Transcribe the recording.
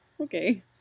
Okay